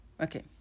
okay